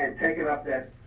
and taking up that